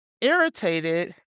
irritated